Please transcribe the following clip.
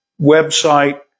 website